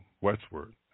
westward